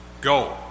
go